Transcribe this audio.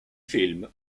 film